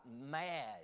mad